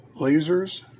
lasers